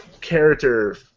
character